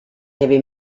heavy